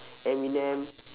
eminem